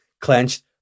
clenched